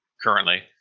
currently